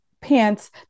pants